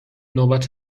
نوبت